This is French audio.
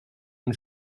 une